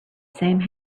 same